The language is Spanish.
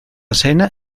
cena